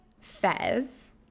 Fez